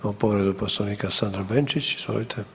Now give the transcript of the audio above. Imamo povredu Poslovnika Sandra Benčić, izvolite.